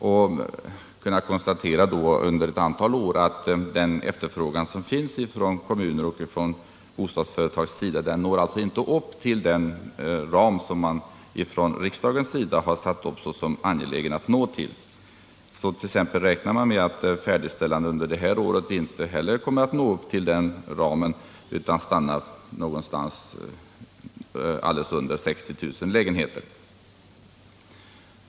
Vi har under ett antal år kunnat konstatera att efterfrågan från kommuner och bostadsföretag inte når upp ti!l den ram som riksdagen har sett det som angeläget att nå. Man räknar med att färdigställandet i år inte heller kommer att nå upp till ramen utan stannar under 60 000 lägenheter.